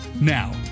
Now